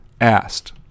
asked